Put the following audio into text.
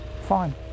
fine